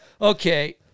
Okay